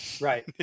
Right